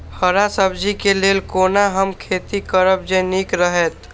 हरा सब्जी के लेल कोना हम खेती करब जे नीक रहैत?